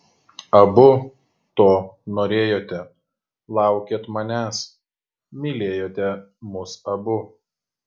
abu to norėjote laukėt manęs mylėjote mus abu